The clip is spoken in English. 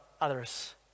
others